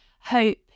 hope